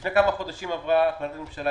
לפני כמה חודשים עברה החלטת ממשלה.